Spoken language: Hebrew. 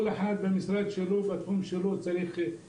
כל אחד במשרד שלו ובתחום שלו מבין.